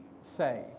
say